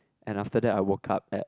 and after that I woke up at